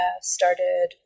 started